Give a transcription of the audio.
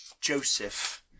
Joseph